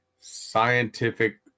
scientific